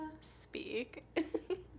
speak